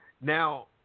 Now